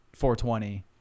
420